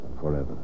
forever